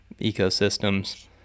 ecosystems